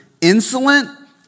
Insolent